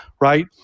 right